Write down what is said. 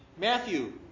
Matthew